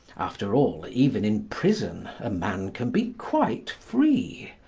after all, even in prison, a man can be quite free.